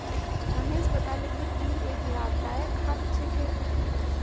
रमेश बताले कि तिल एक लाभदायक खाद्य छिके